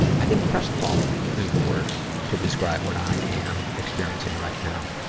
i think crestfallen is the word to describe what i am experiencing right now.